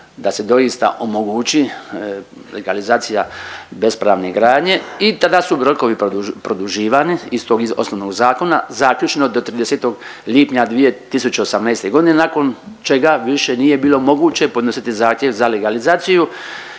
da se doista omogući legalizacija bespravne gradnje i tada su rokovi produživani iz tog osnovnog zakona, zaključno do 30. lipnja 2018. godine nakon čega više nije bilo moguće podnositi zahtjev za legalizaciju